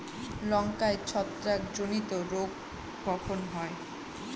লঙ্কায় ছত্রাক জনিত রোগ কখন হয়?